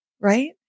right